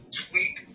tweak